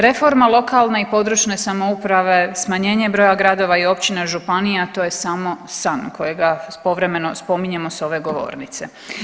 Reforma lokalne i područne samouprave, smanjenje broja gradova i općina, županija to je samo san kojega povremeno spominjemo s ove govornice.